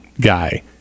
guy